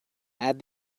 add